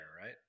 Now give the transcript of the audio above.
right